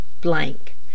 blank